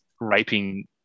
raping